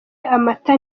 amata